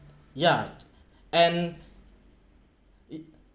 ya and it